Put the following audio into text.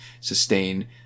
sustain